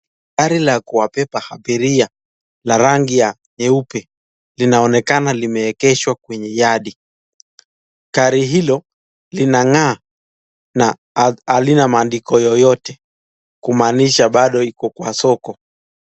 Gari la kuwabeba abiria la rangi ya nyeupe linaonekana limeegeshwa kwenye Yard . Gari hilo linangaa na halina maandiko yeyote kumaanisha bado liko kwa soko